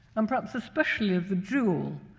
um perhaps especially of the jewel,